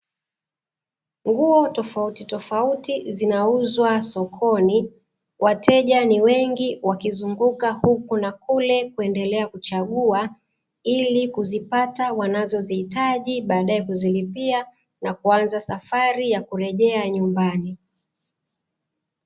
Nguo tofautitofauti zinauzwa sokoni. Wateja ni wengi wakizunguka huku na kule kuendelea kuchagua, ili kuzipata wanazozihitaji baadaye kuzilipia na kuanza safari ya kurejea nyumbani.